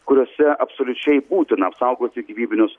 kuriose absoliučiai būtina apsaugoti gyvybinius